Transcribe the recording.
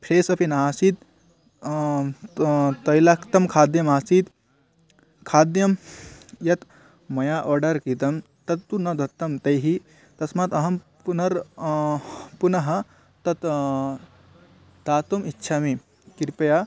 press अपि न आसीत् तैलक्तं खाद्यमासीत् खाद्यं यत् मया आर्डर् कृतं तत्तु न दत्तं तैः तस्मात् अहं पुनः पुनः तत् दातुम् इच्छामि कृपया